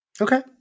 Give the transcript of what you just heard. Okay